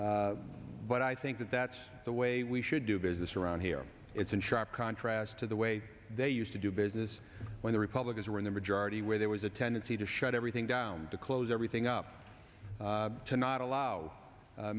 order but i think that that's the way we should do business around here it's in sharp contrast to the way they used to do business when the republicans were in the majority where there was a tendency to shut everything down to close everything up to not allow